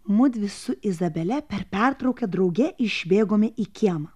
mudvi su izabele per pertrauką drauge išbėgome į kiemą